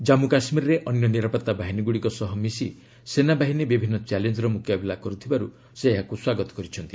ଜାମ୍ପୁ କାଶ୍ମୀରରେ ଅନ୍ୟ ନିରାପତ୍ତା ବାହିନୀଗୁଡ଼ିକ ସହ ମିଶି ସେନାବାହିନୀ ବିଭିନ୍ନ ଚାଲେଞ୍ଜର ମୁକାବିଲା କରୁଥିବାରୁ ସେ ଏହାକୁ ସ୍ୱାଗତ କରିଛନ୍ତି